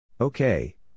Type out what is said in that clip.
Okay